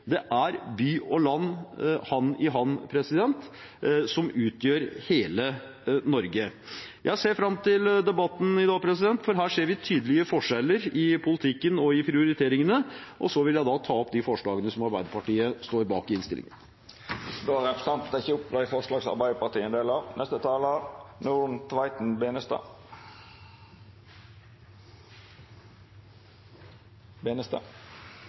Det er by og land, hand i hand som utgjør hele Norge. Jeg ser fram til debatten i dag, for her ser vi tydelige forskjeller i politikken og i prioriteringene. Så vil jeg ta opp de forslagene som Arbeiderpartiet står bak i innstillingen. Representanten Stein Erik Lauvås har teke opp dei forslaga som Arbeidarpartiet er ein del av.